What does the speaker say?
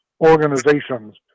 organizations